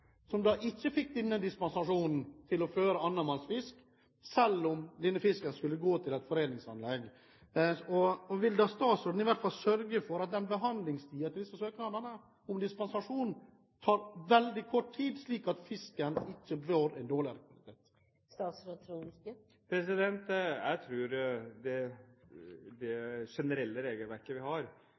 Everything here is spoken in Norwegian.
ikke fikk denne dispensasjonen til å føre annen manns fisk, selv om denne fisken skulle gå til et foredelingsanlegg. Vil statsråden i hvert fall sørge for at behandlingstiden for disse søknadene om dispensasjon tar veldig kort tid, slik at fisken ikke får en dårligere kvalitet? Jeg tror det generelle regelverket vi har,